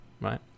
right